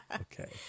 Okay